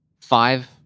five